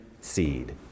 seed